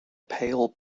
pale